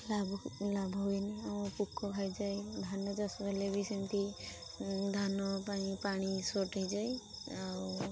ଲାଭ ଲାଭ ହୁଏନି ଆଉ ପୋକ ଖାଇଯାଏ ଧାନ ଚାଷ ହେଲେ ବି ସେମତି ଧାନ ପାଇଁ ପାଣି ସର୍ଟ ହେଇଯାଏ ଆଉ